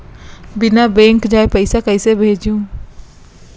बिना बैंक जाए पइसा कइसे भेजहूँ?